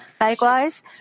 Likewise